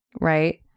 right